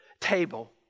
table